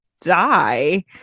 die